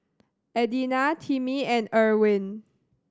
Adina Timmie and Irwin